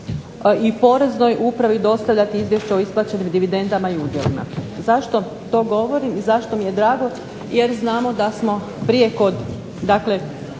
i poreznoj upravi dostavljati izvješće o isplaćenim dividendama i udjelima. Zašto to govorim i zašto mi je drago, jer znamo da smo prije kod isplate